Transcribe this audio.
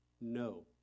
no